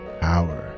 power